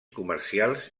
comercials